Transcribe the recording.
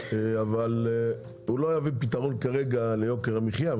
אבל כרגע הוא לא יביא פתרון ליוקר המחייה,